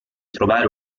trovare